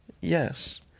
yes